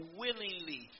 willingly